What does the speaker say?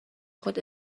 خود